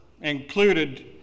included